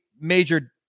major